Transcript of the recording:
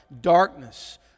darkness